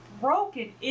broken